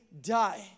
die